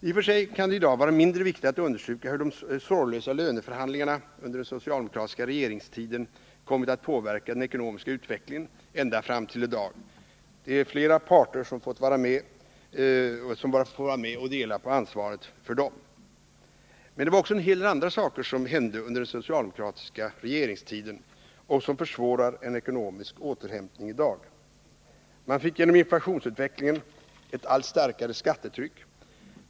I och för sig kan det i dag vara mindre viktigt att understryka hur de sorglösa löneförhandlingarna under den socialdemokratiska regeringstiden kommit att påverka den ekonomiska utvecklingen ända fram tilli dag. Det är flera parter som får vara med och dela på ansvaret härför. Men det var också en hel del andra saker som hände under den socialdemokratiska regeringstiden och som försvårar en ekonomisk återhämtning. Man fick genom inflationsutvecklingen ett allt starkare skattetryck.